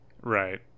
Right